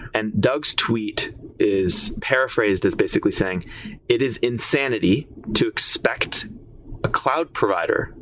and doug's tweet is paraphrased as basically saying it is insanity to expect a cloud provider,